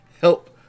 help